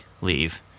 leave